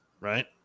right